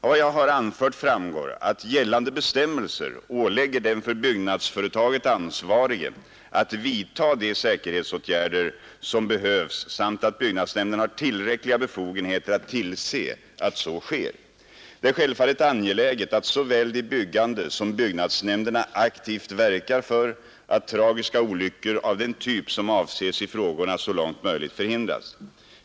Av vad jag har anfört framgår att gällande bestämmelser ålägger den för byggnadsföretaget ansvarige att vidta de säkerhetsåtgärder som 5 behövs samt att byggnadsnämnden har tillräckliga befogenheter att tillse att så sker. Det är självfallet angeläget att såväl de byggande som byggnadsnämnderna aktivt verkar för att tragiska olyckor av den typ som avses i frågorna så långt möjligt förhindras.